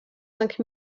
cinq